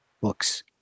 books